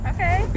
Okay